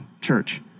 church